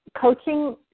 coaching